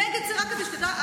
שתדע,